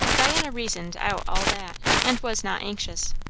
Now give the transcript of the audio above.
diana reasoned out all that, and was not anxious.